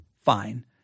fine